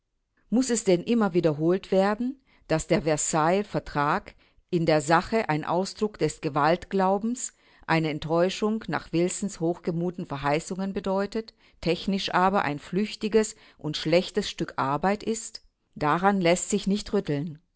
muß es denn immer wiederholt werden daß der versailler vertrag in der sache ein ausdruck des gewaltglaubens eine enttäuschung nach wilsons hochgemuten verheißungen bedeutet technisch aber ein flüchtiges und schlechtes stück arbeit ist daran läßt sich nicht rütteln